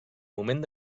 moment